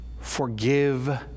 forgive